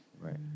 Right